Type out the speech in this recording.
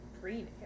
Green